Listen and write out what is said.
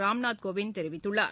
ராம்நாத் கோவிந்த் தெரிவித்துள்ளார்